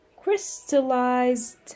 crystallized